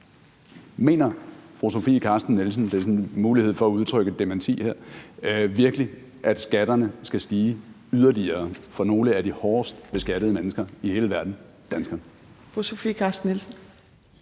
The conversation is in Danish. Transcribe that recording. Mener fru Sofie Carsten Nielsen virkelig – jeg giver sådan en mulighed for at udtrykke et dementi her – at skatterne skal stige yderligere for nogle af de hårdest beskattede mennesker i hele verden, nemlig danskerne? Kl.